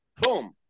boom